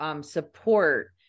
support